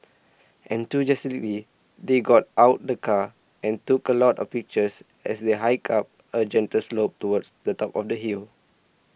enthusiastically they got out the car and took a lot of pictures as they hiked up a gentle slope towards the top of the hill